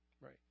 Right